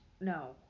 No